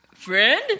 Friend